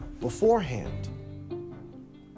beforehand